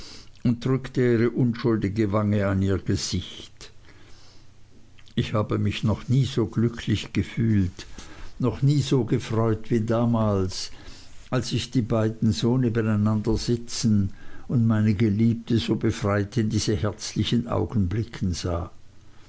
und drückte ihre unschuldige wange an ihr gesicht ich habe mich noch nie so glücklich gefühlt noch nie so gefreut wie damals als ich die beiden so nebeneinander sitzen und meine geliebte so befreit in diese herzlichen augen blicken sah